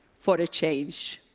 for a change.